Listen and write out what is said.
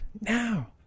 now